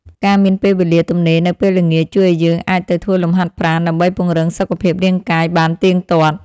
ការមានពេលវេលាទំនេរនៅពេលល្ងាច ជួយឱ្យយើងអាចទៅធ្វើលំហាត់ប្រាណដើម្បីពង្រឹងសុខភាពរាងកាយបានទៀងទាត់។